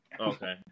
Okay